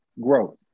Growth